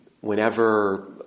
Whenever